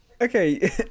okay